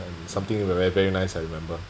something very very nice I remember